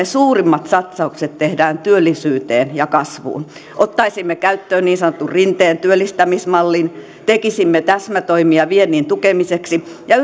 suurimmat satsaukset tehdään työllisyyteen ja kasvuun ottaisimme käyttöön niin sanotun rinteen työllistämismallin tekisimme täsmätoimia viennin tukemiseksi ja